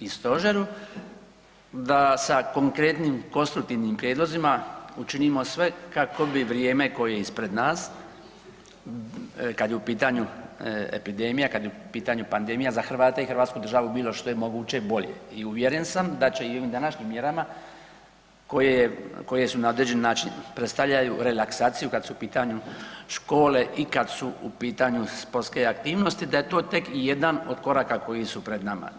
i stožeru da sa konkretnim konstruktivnim prijedlozima učinimo sve kako bi vrijeme koje je ispred nas kad je u pitanju epidemija, kad je u pitanju pandemija, za Hrvate i hrvatsku državu bilo što je moguće bolje i uvjeren sam da će i ovim današnjim mjerama koje, koje su na određeni način predstavljaju relaksaciju kad su u pitanju škole i kad su u pitanju sportske aktivnosti da je to tek i jedan od koraka koji su pred nama.